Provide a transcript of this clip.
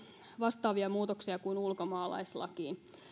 vastaavia muutoksia kuin ulkomaalaislakiin